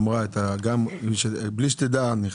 אמרה את זה וגם נתנה רעיונות.